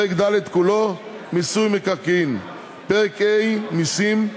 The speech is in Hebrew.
פרק ד' כולו (מיסוי מקרקעין); פרק ה' (מסים),